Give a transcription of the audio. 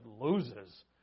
loses